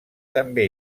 també